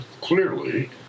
clearly